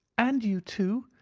and you too.